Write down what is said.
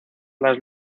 las